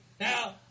Now